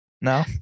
No